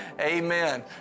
Amen